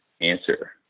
answer